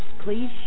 please